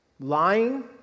Lying